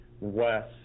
west